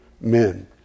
men